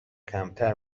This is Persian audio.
کمتر